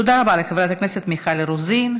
תודה רבה לחברת הכנסת מיכל רוזין.